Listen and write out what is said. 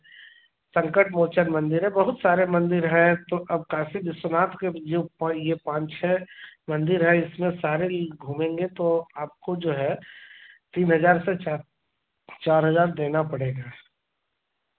संकट मोचन मंदिर है बहुत सारे मंदिर हैं तो अब काशी विश्वनाथ के जो पा यह पान छेह मंदिर है इसमें सारेल घूमेंगे तो आपको जो है तीन हज़ार से छह चार हज़ार देना पड़ेगा